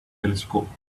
telescope